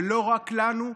ולא רק לנו,